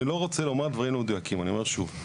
אני לא רוצה לומר דברים לא מדויקים, אני אומר שוב.